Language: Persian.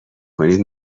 کنید